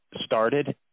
started